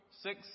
Six